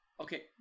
Okay